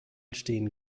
stehen